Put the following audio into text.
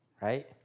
right